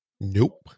Nope